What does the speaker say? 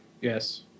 Yes